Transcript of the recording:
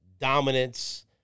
dominance